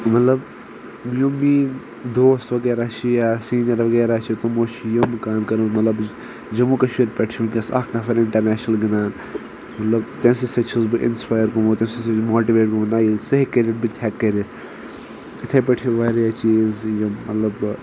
مطلب یِم میٲنۍ دوس وغیرہ چھِ یا سیٖنیر وغیرہ چھِ تِمو چھِ یِم کامہِ کرمژٕ مطلب جموں کشیٖر پٮ۪ٹھ چھ وٕنکٮ۪س اکھ نفر انٹرنیشنل گِنٛدان مطلب تٔمۍ سٕنٛدۍ سۭتۍ چھُس بہٕ اِنسپایر گوٚمُت تٔمۍ سٕنٛدۍ سۭتۍ چھُس ماٹویٹ گوٚمُت نہ ییٚلہِ سُہ ہٮ۪کہِ کٔرِتھ بہٕ تہِ ہٮ۪کہٕ کٔرِتھ اِتھے پٲٹھۍ چھُ واریاہ چیٖز یِم مطلب